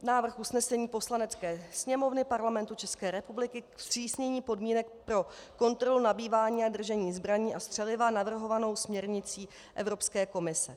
Návrh usnesení Poslanecké sněmovny Parlamentu České republiky ke zpřísnění podmínek pro kontrolu, nabývání a držení zbraní a střeliva navrhovanou směrnicí Evropské komise: